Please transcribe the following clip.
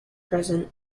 present